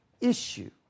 issue